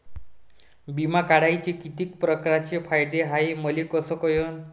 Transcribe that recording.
बिमा काढाचे कितीक परकारचे फायदे हाय मले कस कळन?